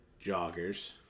joggers